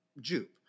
Jupe